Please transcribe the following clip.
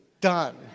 done